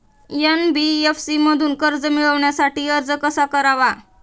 NBFC मधून कर्ज मिळवण्यासाठी अर्ज कसा करावा?